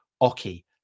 Oki